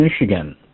Michigan